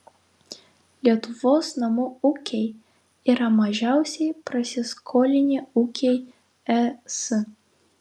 lietuvos namų ūkiai yra mažiausiai prasiskolinę ūkiai es